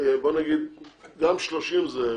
תאגידי המים.